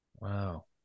Wow